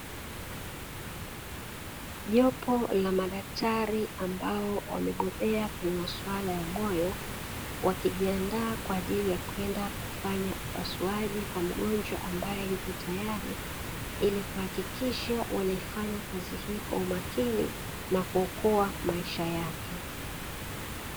Jopo la madaktari ambao wamebobea kwenye masuala ya moyo, wakijiandaa kwa ajili ya kwenda kufanya upasuaji kwa mgonjwa ambae yupo tayali ili kuhakikisha wanaifanya kazi hii kwa makini na kuokoa maisha yake.